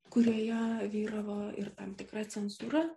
kurioje vyravo ir tam tikra cenzūra